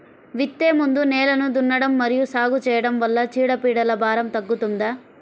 విత్తే ముందు నేలను దున్నడం మరియు సాగు చేయడం వల్ల చీడపీడల భారం తగ్గుతుందా?